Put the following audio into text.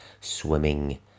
swimming